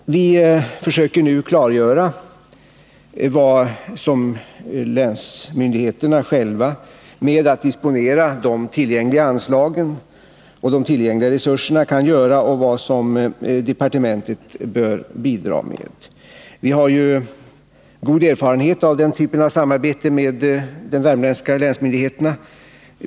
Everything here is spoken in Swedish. Vi försöker klargöra vad länsmyndigheterna själva kan göra genom att disponera tillgängliga anslag och resurser och vad departementet bör bidra med. Vi har ju god erfarenhet av den typen av samarbete med de värmländska länsmyndigheterna.